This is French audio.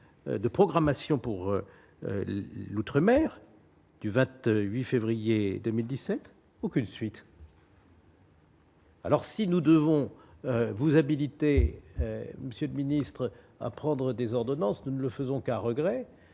de programmation pour l'outre- mer, tu vas te 8 février 2017 aucune suite. Alors si nous devons vous habilité, monsieur le ministre, à prendre des ordonnances, nous ne le faisons qu'à regret